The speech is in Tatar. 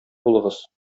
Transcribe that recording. булыгыз